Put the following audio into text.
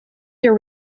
their